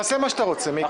תעשה מה שאתה רוצה, מיקי.